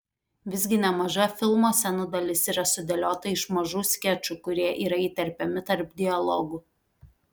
visgi nemaža filmo scenų dalis yra sudėliota iš mažų skečų kurie yra įterpiami tarp dialogų